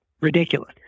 ridiculous